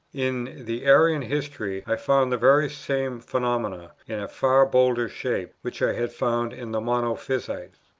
in the arian history i found the very same phenomenon, in a far bolder shape, which i had found in the monophysite.